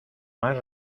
más